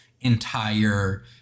entire